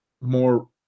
more